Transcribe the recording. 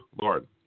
Lord